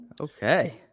okay